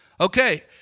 Okay